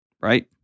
Right